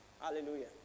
Hallelujah